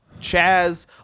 Chaz